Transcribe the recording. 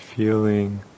feeling